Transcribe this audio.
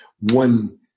one